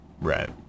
right